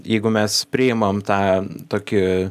jeigu mes priimam tą tokį